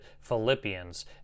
Philippians